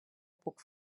puc